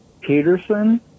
Peterson